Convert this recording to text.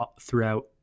throughout